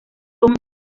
con